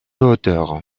hauteur